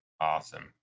awesome